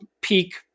peak